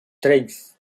três